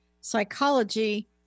psychology